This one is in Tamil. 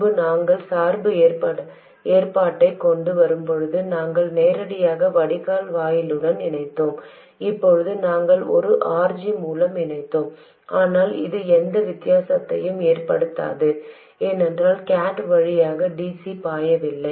முன்பு நாங்கள் சார்பு ஏற்பாட்டைக் கொண்டு வரும்போது நாங்கள் நேரடியாக வடிகால் வாயிலுடன் இணைத்தோம் இப்போது நாங்கள் ஒரு RG மூலம் இணைத்தோம் ஆனால் அது எந்த வித்தியாசத்தையும் ஏற்படுத்தாது ஏனென்றால் கேட் வழியாக dc பாயவில்லை